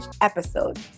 episode